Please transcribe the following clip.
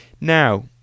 Now